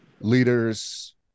leaders